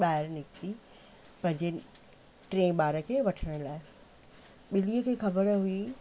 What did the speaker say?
ॿाहिरि निकिती पंहिंजे टें ॿार खे वठण लाइ ॿिलीअ खे ख़बर हुई